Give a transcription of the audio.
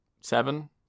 seven